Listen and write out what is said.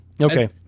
Okay